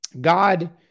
God